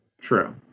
True